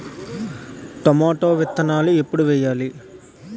Tomato విత్తనాలు ఎప్పుడు వెయ్యాలి?